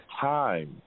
time